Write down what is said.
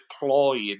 deployed